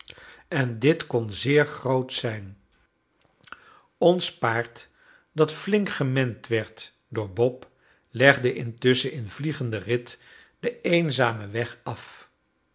en dit kon zeer groot zijn ons paard dat flink gemend werd door bob legde intusschen in vliegenden rit den eenzamen weg af